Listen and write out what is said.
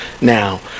now